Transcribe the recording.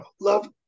Love